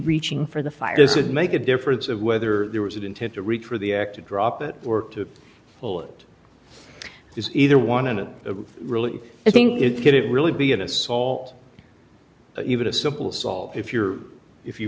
reaching for the fire does it make a difference of whether there was an intent to reach for the actor drop it work to pull it is either one and it really i think it could it really be an assault even a simple assault if you're if you